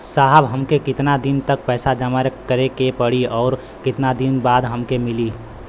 साहब हमके कितना दिन तक पैसा जमा करे के पड़ी और कितना दिन बाद हमके मिली?